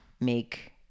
make